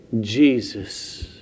Jesus